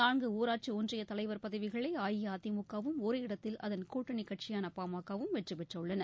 நான்கு ஊராட்சி ஒன்றிய தலைவர் பதவிகளை அஇஅதிமுகவும் ஒரு இடத்தில் அதன் கூட்டணி கட்சியான பாமகவும் வெற்றி பெற்றுள்ளன